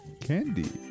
candy